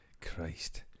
Christ